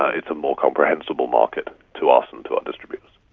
ah it's a more comprehensible market to us and to our distributors.